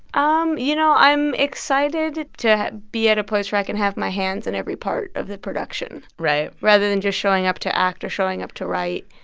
um you know, i'm excited to be at a place where i can have my hands in every part of the production. right. rather than just showing up to act or showing up to write,